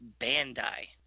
Bandai